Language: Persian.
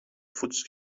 فودز